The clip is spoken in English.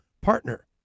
partner